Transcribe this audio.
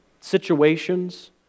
situations